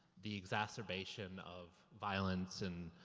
the exacerbation of violence and